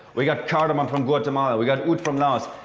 we got cardamom from guatemala. we got oud from laos.